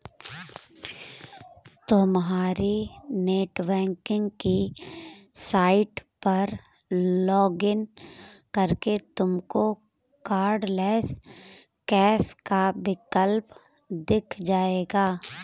तुम्हारी नेटबैंकिंग की साइट पर लॉग इन करके तुमको कार्डलैस कैश का विकल्प दिख जाएगा